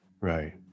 Right